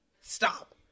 stop